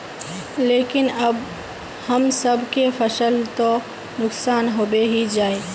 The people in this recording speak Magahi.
लेकिन हम सब के फ़सल तो नुकसान होबे ही जाय?